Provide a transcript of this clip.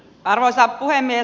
arvoisa puhemies